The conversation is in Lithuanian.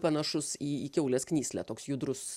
panašus į į kiaulės knyslę toks judrus